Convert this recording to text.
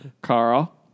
Carl